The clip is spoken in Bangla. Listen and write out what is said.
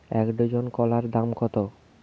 এক ডজন কলার দাম কত?